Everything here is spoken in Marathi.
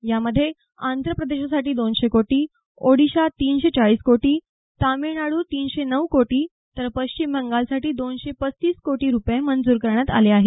यामध्ये आंध्र प्रदेशासाठी दोनशे कोटी ओडिशा तीनशे चाळीस कोटी तामिळनाडू तीनशे नऊ कोटी तर पश्चिम बंगालसाठी दोनशे पस्तीस कोटी रुपये मंजूर करण्यात आले आहेत